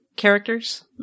characters